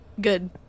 Good